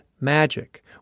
magic